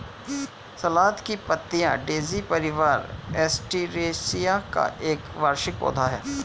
सलाद की पत्तियाँ डेज़ी परिवार, एस्टेरेसिया का एक वार्षिक पौधा है